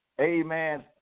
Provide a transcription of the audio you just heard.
Amen